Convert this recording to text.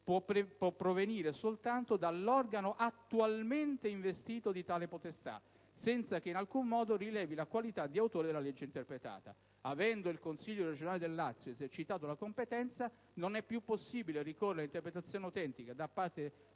può provenire soltanto dall'organo attualmente investito di tale potestà, senza che in alcun modo rilevi la qualità di «autore» della legge interpretata". Avendo il Consiglio regionale del Lazio esercitato la competenza, non è più possibile ricorrere all'interpretazione autentica da parte del legislatore statale,